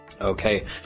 Okay